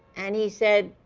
and he said,